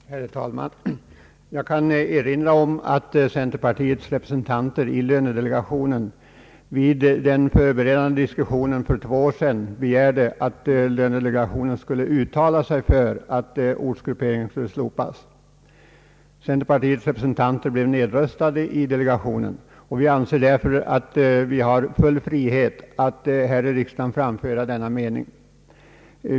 Herr talman! Jag kan erinra om att centerpartiets representanter i lönedelegationen vid den förberedande diskussionen före avtalsarbetet för två år sedan begärde att lönedelegationen skulle uttala sig för att ortsgrupperingen skulle slopas. Centerpartiets representanter blev nedröstade i delegationen, och vi anser oss därför ha full frihet att här i riksdagen framföra denna mening.